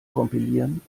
kompilieren